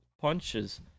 punches